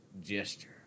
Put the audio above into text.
gesture